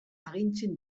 agintzen